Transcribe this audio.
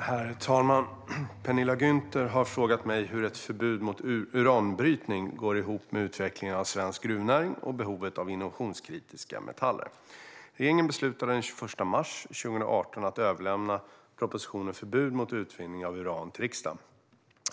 Herr talman! Penilla Gunther har frågat mig hur ett förbud mot uranbrytning går ihop med utveckling av svensk gruvnäring och behovet av innovationskritiska metaller. Regeringen beslutade den 21 mars 2018 att överlämna propositionen Förbud mot utvinning av uran till riksdagen.